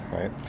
right